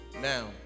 Now